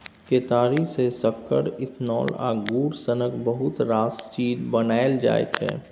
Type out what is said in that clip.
केतारी सँ सक्कर, इथेनॉल आ गुड़ सनक बहुत रास चीज बनाएल जाइ छै